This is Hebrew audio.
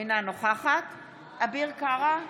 אינה נוכחת אביר קארה,